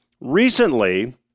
Recently